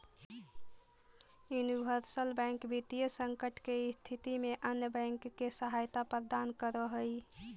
universal bank वित्तीय संकट के स्थिति में अन्य बैंक के सहायता प्रदान करऽ हइ